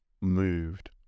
moved